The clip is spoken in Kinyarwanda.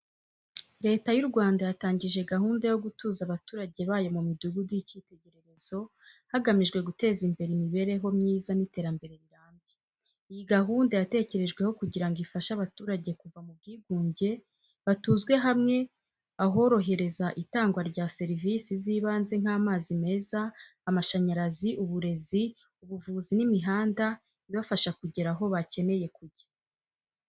Leta y’u Rwanda yatangije gahunda yo gutuza abaturage bayo mu midugudu y’icyitegererezo hagamijwe guteza imbere imibereho myiza n’iterambere rirambye. Iyi gahunda yatekerejwe kugira ngo ifashe abaturage kuva mu bwigunge, batuzwe hamwe ahorohereza itangwa rya serivisi z’ibanze nk’amazi meza, amashanyarazi, uburezi, ubuvuzi, n’imihanda ibafasha kugera aho bakeneye kujya.